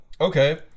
Okay